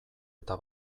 eta